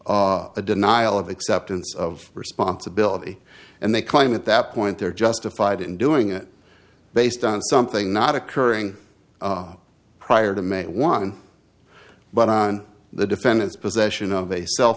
a denial of acceptance of responsibility and they claim at that point they're justified in doing it based on something not occurring prior to make one but on the defendant's possession of a cell